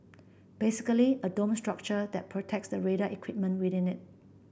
basically a dome structure that protects the radar equipment within it